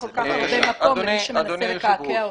אני רק לא רוצה לתת כל כך הרבה מקום למי שמנסה לקעקע אותו.